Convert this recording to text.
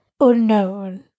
unknown